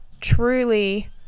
truly